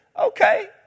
Okay